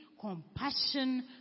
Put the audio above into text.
compassion